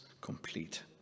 complete